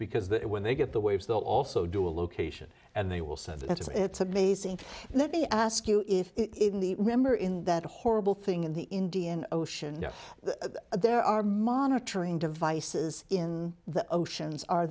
because that when they get the waves they'll also do a location and they will send it is it's amazing let me ask you if it in the remember in that horrible thing in the indian ocean there are monitoring devices in the oceans are